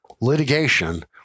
litigation